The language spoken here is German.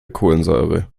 kohlensäure